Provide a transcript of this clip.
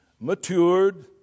matured